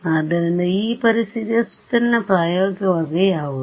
ಆದ್ದರಿಂದಈ ಪರಿಸ್ಥಿತಿಯ ಸುತ್ತಲಿನ ಪ್ರಾಯೋಗಿಕ ಮಾರ್ಗ ಯಾವುದು